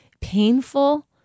painful